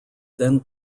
then